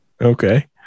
Okay